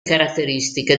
caratteristiche